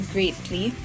Greatly